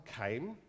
came